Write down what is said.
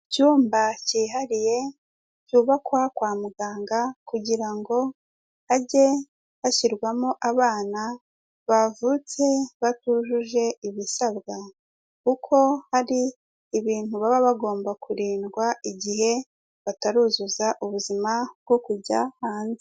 Icyumba cyihariye cyubakwa kwa muganga kugira ngo hajye hashyirwamo abana bavutse batujuje ibisabwa, kuko hari ibintu baba bagomba kurindwa igihe bataruzuza ubuzima bwo kujya hanze.